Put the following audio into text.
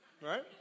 right